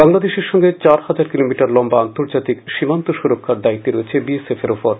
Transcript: বাংলাদেশের সঙ্গে চার হাজার কিলোমিটার লম্বা আন্তর্জাতিক সীমান্ত সুরক্ষার দায়িত্ব রয়েছে বিএসএফ এর উপর